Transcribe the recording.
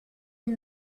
une